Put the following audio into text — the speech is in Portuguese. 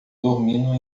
dormindo